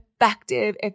effective